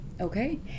Okay